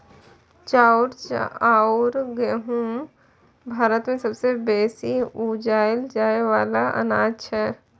चाउर अउर गहुँम भारत मे सबसे बेसी उगाएल जाए वाला अनाज छै